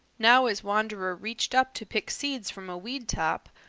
now as wanderer reached up to pick seeds from a weed-top,